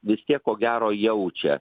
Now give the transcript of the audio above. vis tiek ko gero jaučia